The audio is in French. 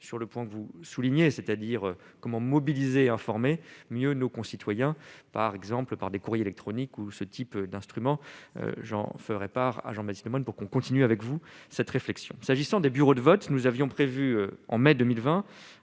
sur le point que vous soulignez, c'est-à-dire comment mobiliser, informer mieux nos concitoyens par exemple par des courriers électroniques où ce type d'instrument, j'en ferai part à Jean-Baptiste Lemoyne, pour qu'on continue avec vous cette réflexion s'agissant des bureaux de vote, nous avions prévu en mai 2020,